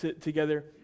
together